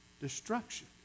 destruction